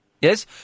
Yes